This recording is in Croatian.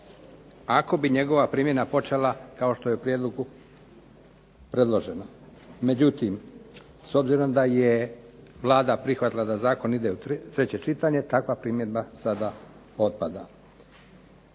ako bi njegova primjena počela kao što je u prijedlogu predloženo. Međutim s obzirom da je Vlada prihvatila da zakon ide u treće čitanje, takva primjedba sada otpada.